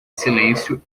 silêncio